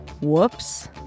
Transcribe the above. Whoops